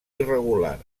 irregular